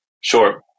Sure